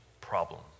problem